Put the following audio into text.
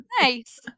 nice